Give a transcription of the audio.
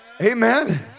Amen